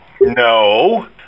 No